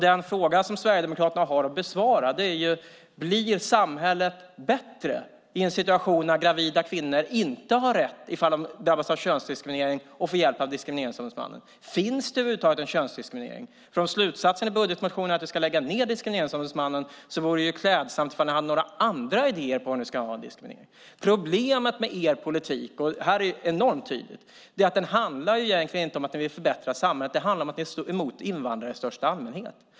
Den fråga om Sverigedemokraterna har att besvara är: Blir samhället bättre i en situation där gravida kvinnor inte har rätt, ifall de drabbas av könsdiskriminering, att få hjälp av Diskrimineringsombudsmannen? Finns det över huvud taget könsdiskriminering? Om slutsatsen i er budgetmotion är att ni ska lägga ned Diskrimineringsombudsmannen vore det klädsamt om ni hade några idéer om vad vi ska göra med diskriminering. Problemet med er politik är, och här blir det enormt tydligt, att det egentligen inte handlar om att ni vill förbättra samhället utan om att ni är emot invandrare i största allmänhet.